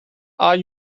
are